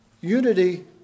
Unity